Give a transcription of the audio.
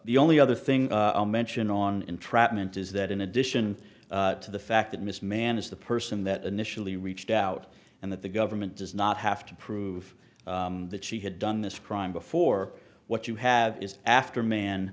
the only other thing mentioned on entrapment is that in addition to the fact that miss man is the person that initially reached out and that the government does not have to prove that she had done this crime before what you have is after man